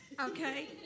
Okay